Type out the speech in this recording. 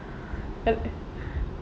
like